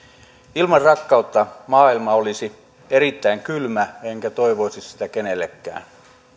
ilman rakkautta maailma olisi erittäin kylmä enkä toivoisi sitä kenellekään